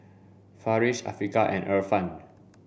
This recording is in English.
Farish Afiqah and Irfan